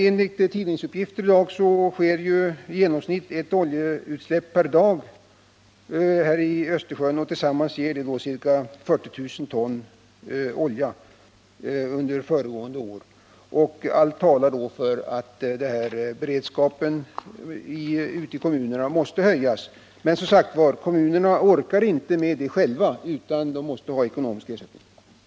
Enligt tidningsuppgifter i dag sker det i genomsnitt ett oljeutsläpp per dag i Östersjön. Tillsammans gav detta ca 40 000 ton olja under föregående år. Allt talar alltså för att beredskapen ute i kommunerna måste höjas. Men kommunerna orkar som sagt inte med det själva utan måste ha ekonomisk ersättning.